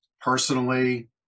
personally